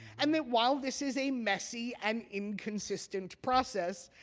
and that while this is a messy and inconsistent process,